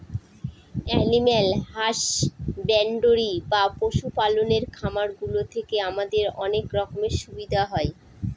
animal husbandry বা পশু পালনের খামার গুলো থেকে আমাদের অনেক রকমের সুবিধা হয়